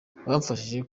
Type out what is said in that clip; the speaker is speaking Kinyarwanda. bamfashije